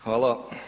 Hvala.